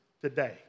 today